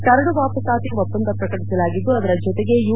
ಕರದು ವಾಪಸ್ಪಾತಿ ಒಪ್ಪಂದವನ್ನು ಪ್ರಕಟಿಸಲಾಗಿದ್ದು ಅದರ ಜೊತೆಗೆ ಯು